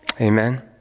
Amen